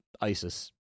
ISIS